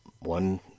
One